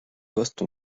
poste